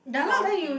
brown thing